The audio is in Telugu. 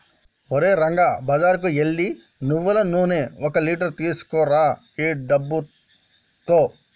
ఓరే రంగా బజారుకు ఎల్లి నువ్వులు నూనె ఒక లీటర్ తీసుకురా ఈ డబ్బుతో